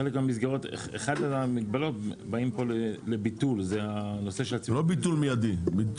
אחת מהמגבלות לביטול זה הנושא של --- לא ביטול מיידי.